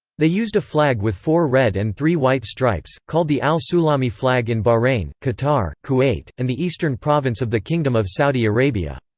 they used a flag with four red and three white stripes, called the al-sulami flag in bahrain, qatar, kuwait, and the eastern province of the kingdom of saudi arabia.